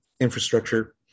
infrastructure